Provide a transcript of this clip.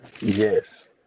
yes